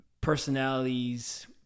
personalities